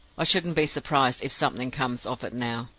i shouldn't be surprised if something comes of it now.